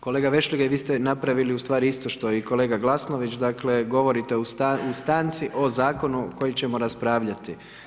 Kolega Vešligaj vi ste napravili ustvari isto što i kolega Glasnović, dakle govorite u stanci o zakonu koji ćemo raspravljati.